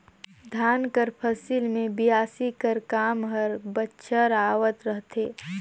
धान कर फसिल मे बियासी कर काम हर बछर आवत रहथे